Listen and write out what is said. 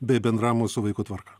bei bendravimo su vaiku tvarką